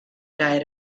diet